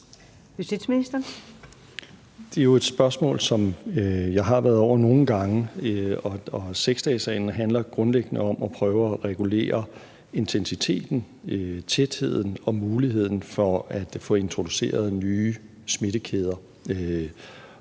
Det er jo et spørgsmål, som jeg har været over nogle gange. 6-dagesreglen handler grundlæggende om at prøve at regulere intensiteten, tætheden og muligheden for at få introduceret nye smittekæder.